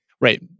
Right